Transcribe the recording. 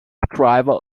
driver